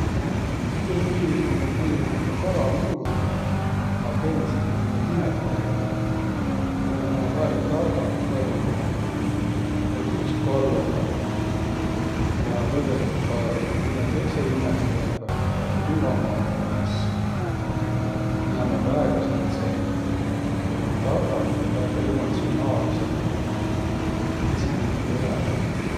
Delfiiniq ummaq muido nigu kala muudu, a periselt nä ummaq imetäjäq. Ja nääq ummaq väega targaq võrrõldõh näütüses kallogaq ja võrrõldõh ka mõnõ tõõsõ imetäjäga, kiä kuiva maa pääl eläs. Et nä ummaq väega sääntseq targaq ja väega emotsionaalsõq ja esiqmuudu eläjäq.